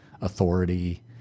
authority